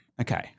Okay